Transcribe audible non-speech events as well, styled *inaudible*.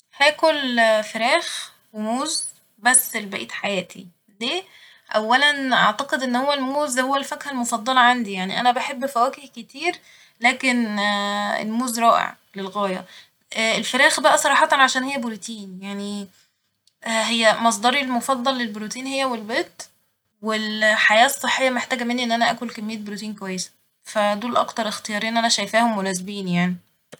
هاكل *hesitation* فراخ وموز بس لبقية حياتي ، ليه ؟ أولا أعتقد إن هو الموز هو الفاكهة المفضلة عندي ، يعنلا أنا بحب فواكه كتير لكن *hesitation* الموز رائع للغاية ، الفراخ بقى صراحة علشان هي بروتين ، يعني *hesitation* هي مصدري المفضل للبروتين هي والبيض والحياة الصحية محتاجة مني إن أنا آكل كمية بروتين كويسة ، فدول أكتراختيارين أنا شيفاهم مناسبين يعني